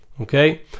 Okay